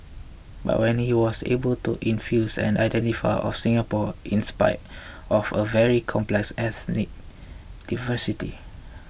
but he was able to infuse an identity of Singapore in spite of a very complex ethnic diversity